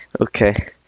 Okay